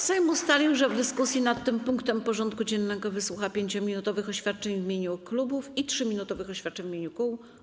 Sejm ustalił, że w dyskusji nad tym punktem porządku dziennego wysłucha 5-minutowych oświadczeń w imieniu klubów i 3-minutowych oświadczeń w imieniu kół.